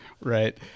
Right